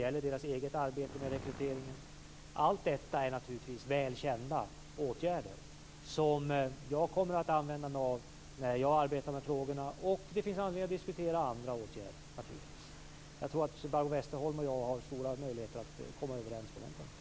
Allt detta är väl kända åtgärder och som jag kommer att hänvisa till när jag arbetar med frågorna. Det finns naturligtvis anledning att diskutera andra åtgärder. Barbro Westerholm och jag har stora möjligheter att komma överens på den punkten.